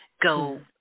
Go